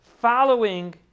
following